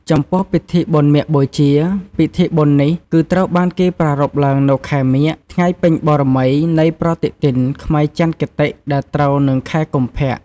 ចំពោះពិធីបុណ្យមាឃបូជា ពិធីបុណ្យនេះគឺត្រូវបានគេប្រារព្ធឡើងនៅខែមាឃ ថ្ងៃពេញបូរមីនៃប្រតិទិនខ្មែរច័ន្ទគតិដែរត្រូវនឹងខែកុម្ភៈ ។